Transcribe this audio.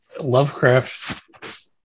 Lovecraft